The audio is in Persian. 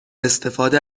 استفاده